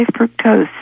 fructose